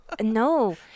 no